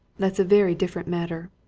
that's a very different matter.